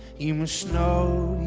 you must know